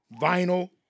vinyl